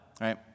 Right